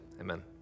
amen